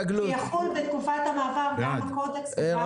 ויחול בתקופת המעבר גם הקודקס.